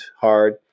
hard